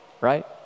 right